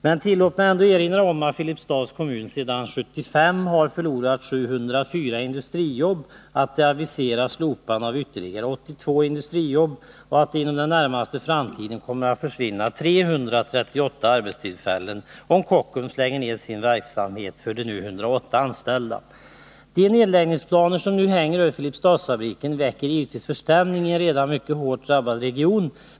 Men tillåt mig ändå erinra om att Filipstads kommun sedan 1975 har förlorat 704 industrijobb, att det aviseras slopande av ytterligare 82 industrijobb och att det inom den närmaste framtiden kommer att försvinna 338 arbetstillfällen, om Kockums lägger ned den verksamhet som nu sysselsätter 108 anställda. De nedläggningsplaner som nu hänger över Filipstadsfabriken väcker givetvis förstämning i en redan mycket hårt drabbad region.